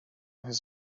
his